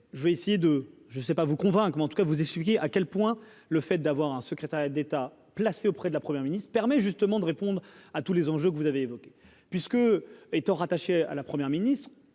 je vais essayer de je sais pas vous convainc mais en tout cas vous essuyez à quel point le fait d'avoir un secrétariat d'État placé auprès de la Premier Ministre permet justement de répondre à tous les enjeux que vous avez évoqué puisque étant rattachée à la première ministre,